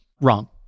Wrong